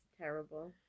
terrible